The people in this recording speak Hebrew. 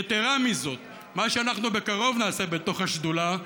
יתרה מזאת, מה שאנחנו בקרוב נעשה בתוך השדולה,